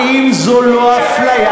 קצת כבוד, האם זו לא אפליה?